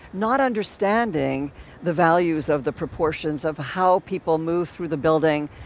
not understanding the values of the proportions of how people moved through the building,